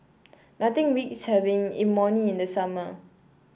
nothing beats having Imoni in the summer